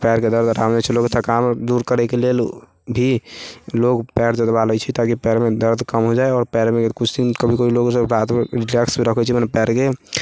पयरके दर्द हटा जाइ छै लोग थकान दूर करैके लेल भी लोग पयर जँतबा लै छै ताकि पयरमे दर्द कम हो जाइ आओर पयरमे कुछ दिन लोग सभ कभी कभी रातिमे रिलैक्स रखै छै मने पयरके